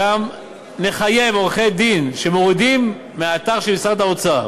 נחייב עורכי-דין שמורידים מהאתר של משרד האוצר